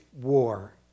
war